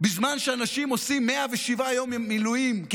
בזמן שאנשים עושים 107 ימי מילואים כי